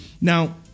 Now